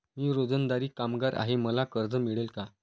मी रोजंदारी कामगार आहे मला कर्ज मिळेल का?